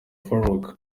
farook